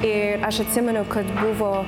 ir aš atsimenu kad buvo